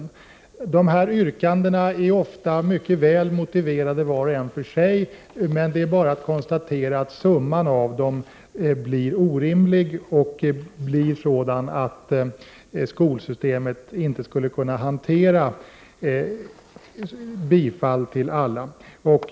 De här yrkandena är ofta mycket väl motiverade vart och ett för sig, men det är bara att konstatera att summan av dem blir orimlig. Skolsystemet skulle helt enkelt inte kunna hantera ett bifall till alla.